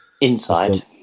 inside